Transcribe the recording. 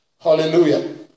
Hallelujah